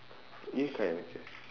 if like okay